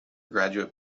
graduate